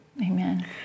Amen